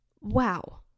wow